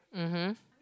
mmhmm